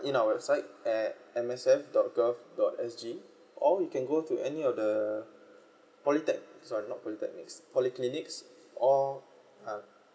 website M S F dot G_O_V dot S_G or you can go to the all polytehc~ sorry not polytechnic polyclinic or